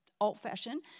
old-fashioned